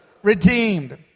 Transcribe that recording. redeemed